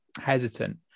hesitant